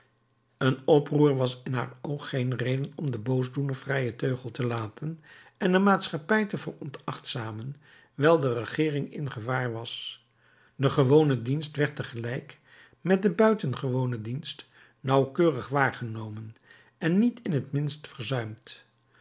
een oproer was in haar oog geen reden om den boosdoener vrijen teugel te laten en de maatschappij te veronachtzamen wijl de regeering in gevaar was de gewone dienst werd tegelijk met den buitengewonen dienst nauwkeurig waargenomen en niet in t minst verzuimd